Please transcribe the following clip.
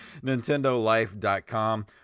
Nintendolife.com